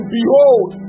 Behold